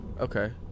Okay